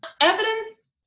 evidence